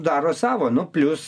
daro savo nu plius